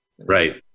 Right